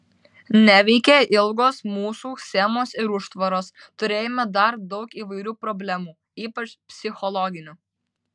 neveikė ilgos mūsų schemos ir užtvaros turėjome dar daug įvairių problemų ypač psichologinių